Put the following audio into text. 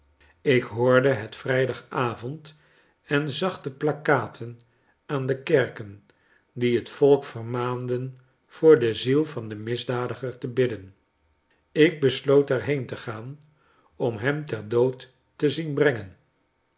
ik hoorde het vrijdagavond en zag de plakkaten aan de kerken die het volk vermaanden voor de ziel van den misdadiger te bidden ik besloot er heen te gaan om hem ter dood te zien brengen